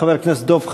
חבר הכנסת דב חנין.